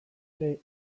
ere